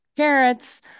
carrots